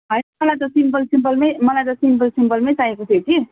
होइन मलाई त सिम्पल सिम्पलमै चाहिएको थियो कि